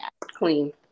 clean